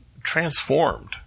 transformed